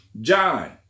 John